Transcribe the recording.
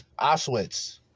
Auschwitz